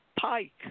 Pike